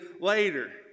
later